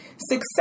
Success